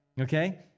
Okay